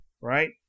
right